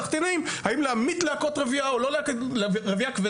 האם להמית להקות רבייה או לא להמית אותן בדרום,